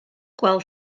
gweld